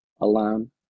Alone